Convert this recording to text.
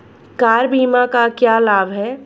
Car बीमा का क्या लाभ है?